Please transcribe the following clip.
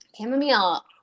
chamomile